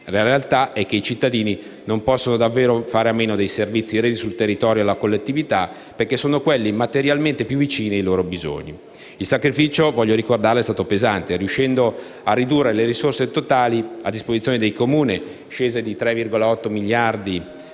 La realtà è che i cittadini non possono davvero fare a meno dei servizi resi sul territorio alla collettività, perché sono quelli materialmente più vicini ai loro bisogni. Il sacrificio - voglio ricordarlo - è stato pesante, riuscendo a ridurre le risorse totali a disposizione dei Comuni (scese negli ultimi cinque